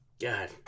God